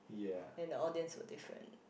and the audience were different